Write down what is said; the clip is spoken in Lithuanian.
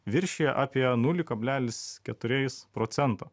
viršija apie nulį kablelis keturiais procento